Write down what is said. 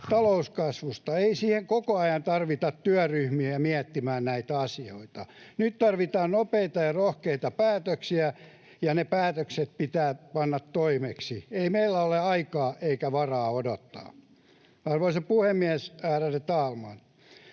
talouskasvusta, ei siihen koko ajan tarvita työryhmiä miettimään näitä asioita. Nyt tarvitaan nopeita ja rohkeita päätöksiä, ja ne päätökset pitää panna toimeksi. Ei meillä ole aikaa eikä varaa odottaa. Arvoisa puhemies, ärade talman!